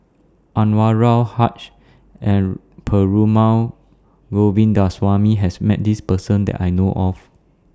Anwarul Haque and Perumal Govindaswamy has Met This Person that I know of